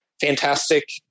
fantastic